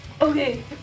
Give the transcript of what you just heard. Okay